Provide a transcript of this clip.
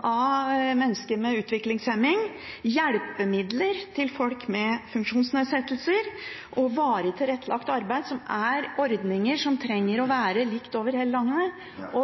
av mennesker med utviklingshemming, hjelpemidler til folk med funksjonsnedsettelser og varig tilrettelagt arbeid – som er ordninger som trenger å være like over hele landet –